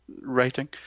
writing